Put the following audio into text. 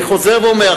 אני חוזר ואומר,